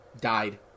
died